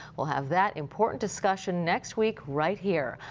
we'll have that important discussion next week right here.